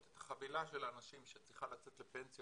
את החבילה של האנשים שצריכה לצאת לפנסיה.